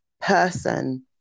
person